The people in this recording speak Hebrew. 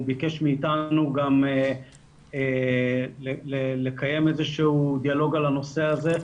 הוא ביקש מאיתנו גם לקיים איזשהו דיאלוג על הנושא הזה.